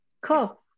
cool